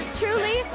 truly